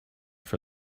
for